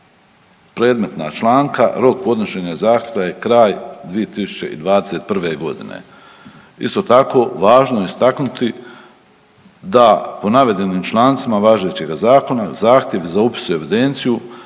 predmetna članka rok podnošenja zahtjeva je kraj 2021.g. Isto tako važno je istaknuti da po navedenim člancima važećega zakona zahtjev za upis u evidenciju